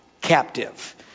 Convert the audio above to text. captive